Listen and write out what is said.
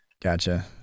Gotcha